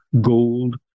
gold